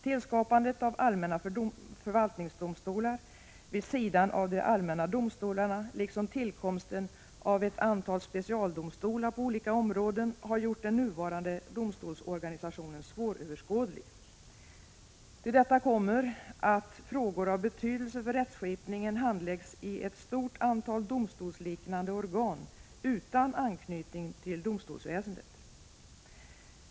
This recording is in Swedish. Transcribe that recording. Tillskapandet av allmänna förvaltningsdomstolar vid sidan av de allmänna domstolarna liksom tillkomsten av ett antal specialdomstolar på olika områden har gjort den nuvarande domstolsorganisationen svåröverskådlig. Till detta kommer att frågor av betydelse för rättskipningen handläggs i ett stort antal domstolsliknande organ utan anknytning till domstolsväsendet.